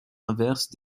inverse